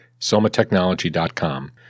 somatechnology.com